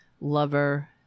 lover